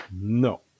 No